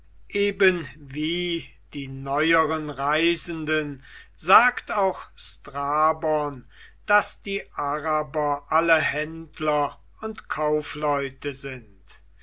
eben wie die neueren reisenden sagt auch strabon daß die araber alle händler und kaufleute sind